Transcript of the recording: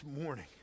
morning